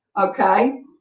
Okay